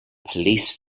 police